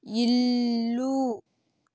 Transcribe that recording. ఇల్లు